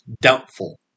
doubtful